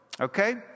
Okay